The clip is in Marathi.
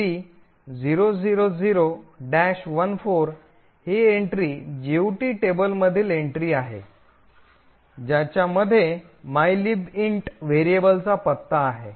तर F7FD3000 14 ही एंट्री जीओटी टेबलमधील एन्ट्री आहे ज्याच्यामध्ये mylib int व्हेरिएबलचा पत्ता आहे